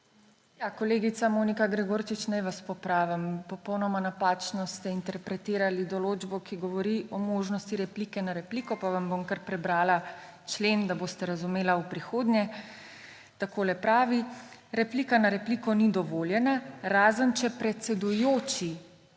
Ja, kolegica Monika Gregorčič, naj vas popravim. Popolnoma napačno ste interpretirali določbo, ki govori o možnosti replike na repliko, pa vam bom kar prebrala člen, da boste razumeli v prihodnje. Takole pravi: »Replika na repliko ni dovoljena, razen če predsedujoči